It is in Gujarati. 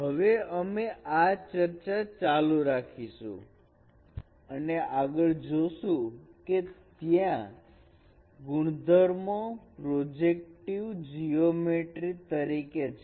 હવે અમે આ ચર્ચા ચાલુ રાખીશું અને આગળ જોઈશું કે ત્યાં ગુણધર્મો પ્રોજેક્ટિવ જીયોમેટ્રિ તરીકે છે